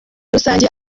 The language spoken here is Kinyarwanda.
rusange